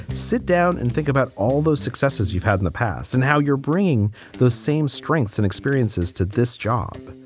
sit down and think about all those successes you've had in the past and how you're bringing those same strengths and experiences to this job.